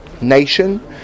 nation